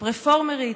"פרפורמרית",